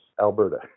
Alberta